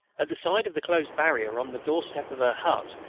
at the side of the closed barrier, on the doorstep of her hut,